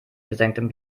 gesenktem